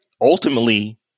ultimately